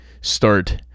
start